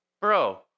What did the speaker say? bro